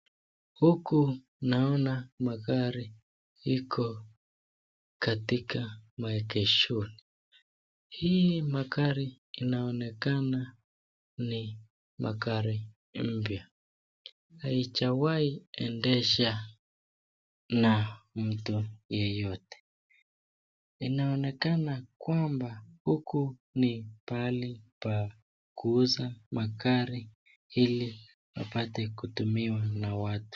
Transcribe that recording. Huku naona magari iko katika maegeshoni. Hii magari inaonekana ni magari mpya haijawahi endesha na mtu yeyote inaonekana kwamba huku ni pahali pa kuuza magari ili apate kutumiwa na watu.